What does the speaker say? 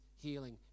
healing